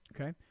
Okay